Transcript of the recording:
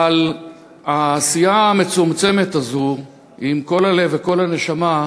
אבל העשייה המצומצמת הזאת, עם כל הלב וכל הנשמה,